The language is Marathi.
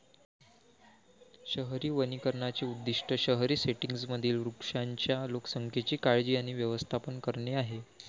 शहरी वनीकरणाचे उद्दीष्ट शहरी सेटिंग्जमधील वृक्षांच्या लोकसंख्येची काळजी आणि व्यवस्थापन करणे आहे